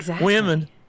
women